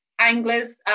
anglers